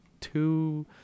two